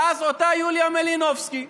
ואז אותה יוליה מלינובסקי,